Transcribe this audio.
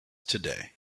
today